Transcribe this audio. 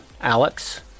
Alex